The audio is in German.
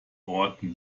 orten